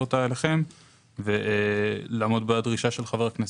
אותה אליכם ולעמוד בדרישה של חבר הכנסת.